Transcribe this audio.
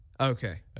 Okay